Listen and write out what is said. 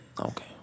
Okay